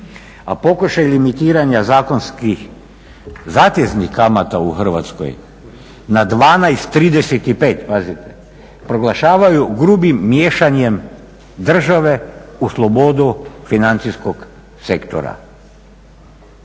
A pokušaj limitiranja zakonskih zateznih kamata u Hrvatskoj na 12,35 pazite proglašavaju grubim miješanjem države u slobodu financijskog sektora.